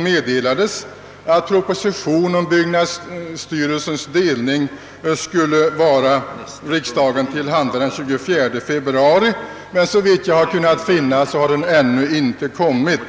meddelats ait proposition om byggnadsstyrelsens delning skulle vara riksdagen till handa den 24 februari, men såvitt jag har kunnat finna har den ännu inte kommit.